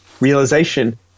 realization